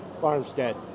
farmstead